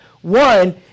one